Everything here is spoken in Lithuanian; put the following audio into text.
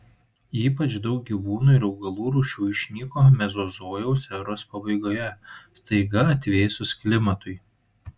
ypač daug gyvūnų ir augalų rūšių išnyko mezozojaus eros pabaigoje staiga atvėsus klimatui